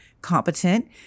competent